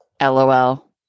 LOL